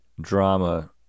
drama